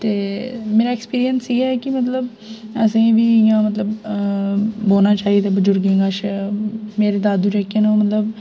ते मेरा ऐक्सपिरींस इ'यै ऐ कि मतलब असेंई बी इ'यां मतलब बौह्ना चाहि्दा बजुर्गे कच्छ मेरे दादू जेह्के न ओह् मतलब